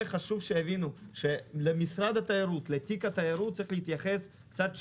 חשוב שיבינו שלתיק התיירות צריך להתייחס קצת שונה.